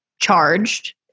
charged